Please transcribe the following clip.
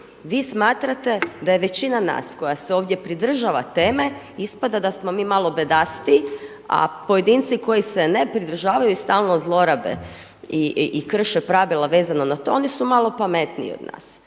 Vi smatrate da je većina nas koja se ovdje pridržava teme ispada da smo mi malo bedastiji, a pojedinci koji se ne pridržavaju i stalno zlorabe i krše pravila vezano na to oni su malo pametniji od nas.